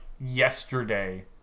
yesterday